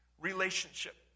relationship